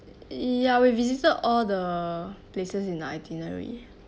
ya we visited all the places in itinerary